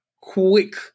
Quick